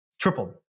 Tripled